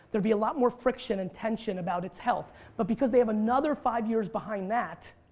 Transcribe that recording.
there'd be a lot more friction and tension about it's health but because they have another five years behind that.